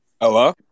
Hello